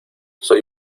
soy